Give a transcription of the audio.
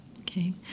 Okay